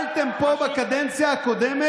זה מנוגד לאסטרטגיה של אורית.